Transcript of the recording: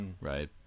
right